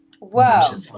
Wow